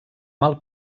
mal